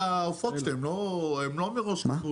אדוני היו"ר, אפשר